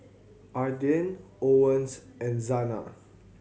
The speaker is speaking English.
Ardith Owens and Zana